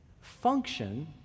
function